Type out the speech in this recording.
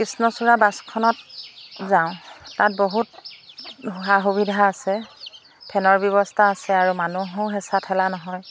কৃষ্ণচূড়া বাছখনত যাওঁ তাত বহুত সা সুবিধা আছে ফেনৰ ব্যৱস্থা আছে আৰু মানুহো হেঁচা ঠেলা নহয়